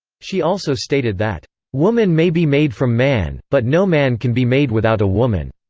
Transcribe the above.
she also stated that woman may be made from man, but no man can be made without a woman.